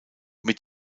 mit